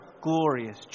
glorious